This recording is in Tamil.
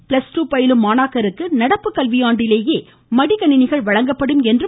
ப்ளஸ் டூ பயிலும் மாணாக்கருக்கு நடப்பு கல்வியாண்டிலேயே மடிக்கணிணிகள் வழங்கப்படும் என்றார்